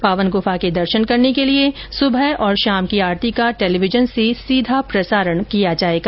पावन गुफा के दर्शन के लिए सुबह और शाम की आरती का टेलीविजन से सीधा प्रसारण किया जाएगा